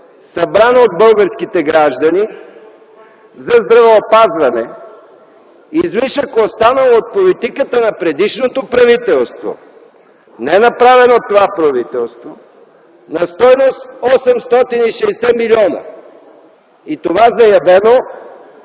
събран от българските граждани за здравеопазване. Излишък, който е останал от политиката на предишното правителство, а не е направен от това правителство, на стойност 860 милиона – и това е заявено